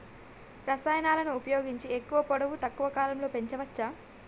రసాయనాలను ఉపయోగించి ఎక్కువ పొడవు తక్కువ కాలంలో పెంచవచ్చా?